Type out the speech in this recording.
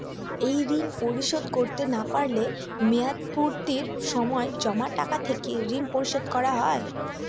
এই ঋণ পরিশোধ করতে না পারলে মেয়াদপূর্তির সময় জমা টাকা থেকে ঋণ পরিশোধ করা হয়?